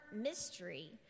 mystery